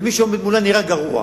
ומי שעומד מולה נראה גרוע.